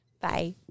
bye